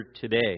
today